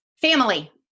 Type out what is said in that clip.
family